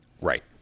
Right